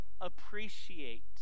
appreciate